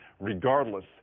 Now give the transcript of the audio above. regardless